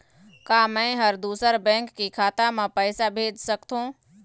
का मैं ह दूसर बैंक के खाता म पैसा भेज सकथों?